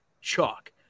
Chalk